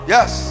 Yes